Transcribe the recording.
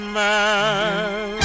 man